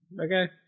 Okay